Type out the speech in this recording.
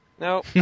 No